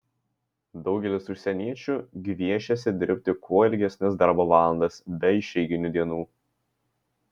daugelis užsieniečių gviešiasi dirbti kuo ilgesnes darbo valandas be išeiginių dienų